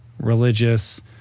religious